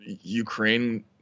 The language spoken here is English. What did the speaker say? Ukraine